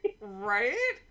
Right